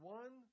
one